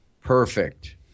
Perfect